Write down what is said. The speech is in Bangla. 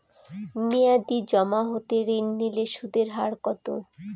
মেয়াদী জমা হতে ঋণ নিলে সুদের হার কত?